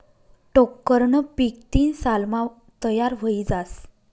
टोक्करनं पीक तीन सालमा तयार व्हयी जास